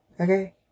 okay